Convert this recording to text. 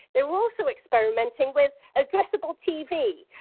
they were also experimenting with addressable tv,